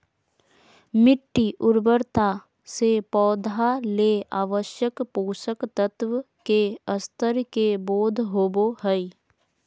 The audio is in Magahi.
मिटटी उर्वरता से पौधा ले आवश्यक पोषक तत्व के स्तर के बोध होबो हइ